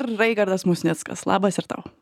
ir raigardas musnickas labas ir tau